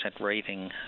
rating